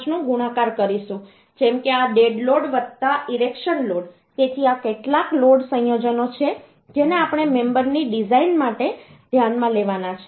5 નો ગુણાકાર કરીશું જેમ કે આ ડેડ લોડ ઇરેક્શન લોડ તેથી આ કેટલાક લોડ સંયોજનો છે જેને આપણે મેમબરની ડિઝાઇન માટે ધ્યાનમાં લેવાના છે